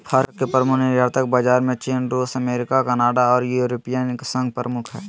फर के प्रमुख निर्यातक बाजार में चीन, रूस, अमेरिका, कनाडा आर यूरोपियन संघ प्रमुख हई